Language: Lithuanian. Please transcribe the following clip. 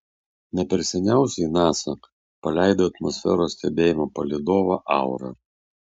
ne per seniausiai nasa paleido atmosferos stebėjimo palydovą aura